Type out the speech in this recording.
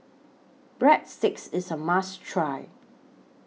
Breadsticks IS A must Try